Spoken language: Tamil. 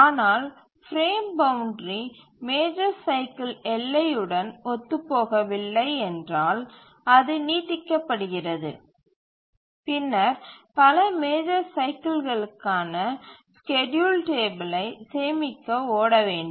ஆனால் பிரேம் பவுண்ட்றி மேஜர் சைக்கில் எல்லையுடன் ஒத்துப்போகவில்லை என்றால் அது நீட்டிக்கப்படுகிறது பின்னர் பல மேஜர் சைக்கில்களுக்கான ஸ்கேட்யூல் டேபிளை சேமிக்க ஓட வேண்டும்